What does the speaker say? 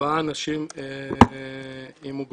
ארבעה אנשים עם מוגבלויות.